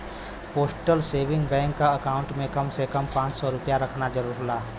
postal saving bank क account में कम से कम पांच सौ रूपया रखना होला